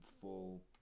full